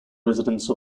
residence